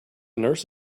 nurse